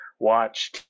Watch